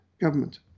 government